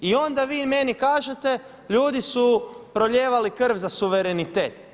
I onda vi meni kažete ljudi su prolijevali krv za suverenitet.